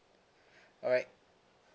alright